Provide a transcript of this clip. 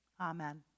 Amen